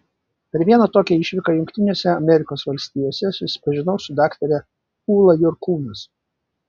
per vieną tokią išvyką jungtinėse amerikos valstijose susipažinau su daktare ūla jurkūnas